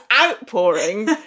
outpouring